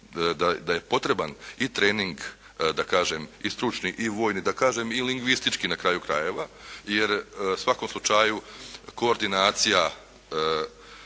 da je potreban i trening da kažem i stručni i vojni da kažem i lingvistički na kraju krajeva, jer u svakom slučaju koordinacija